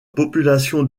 population